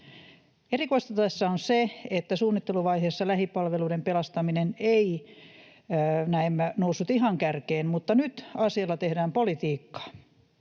Erikoista tässä on se, että suunnitteluvaiheessa lähipalveluiden pelastaminen ei näemmä noussut ihan kärkeen, mutta nyt asialla tehdään politiikkaa.